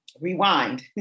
rewind